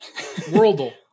Worldle